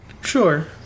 Sure